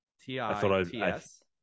T-I-T-S